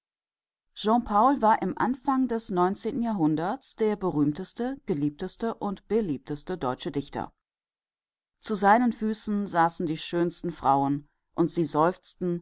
jean paul war im anfang des neunzehnten jahrhunderts der berühmteste geliebteste und beliebteste deutsche dichter zu seinen füßen saßen die schönsten frauen und sie seufzten